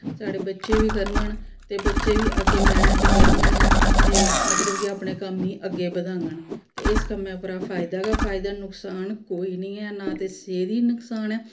साढ़े बच्चे बी करङन ते बच्चें बी अग्गें मैह्नत करङन ते मतलब कि अपने कम्म गी अग्गें बधाङन इस कम्म उप्परा फैदा गै फैदा नुक्सान कोई निं ऐ नां ते सेह्त गी नुक्सान ऐ